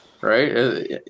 right